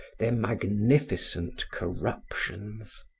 their magnificent corruptions.